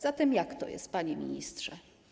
Zatem jak to jest, panie ministrze?